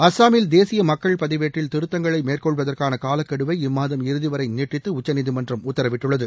அஸ்ஸாமில் தேசிய மக்கள் பதிவேட்டில் திருத்தங்களை மேற்கொள்வதற்கான காலக்கெடுவை இம்மாதம் இறுதி வரை நீட்டித்து உச்சநீதிமன்றம் உத்தரவிட்டுள்ளது